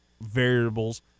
variables